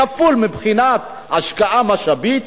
כפול מבחינת השקעה משאבית,